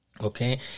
Okay